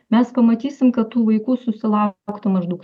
mes pamatysim kad tų vaikų susilaukta maždaug